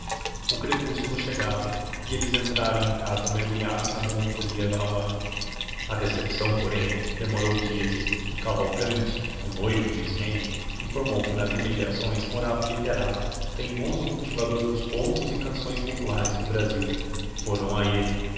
o crepúsculo chegava e eles entraram em casa mergulhados na melancolia da hora a decepção porém demorou dias cavalcanti o noivo de ismênia informou que nas imediações morava um literato teimoso cultivador dos contos e canções populares do brasil foram a ele